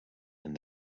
and